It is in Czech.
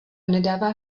nedává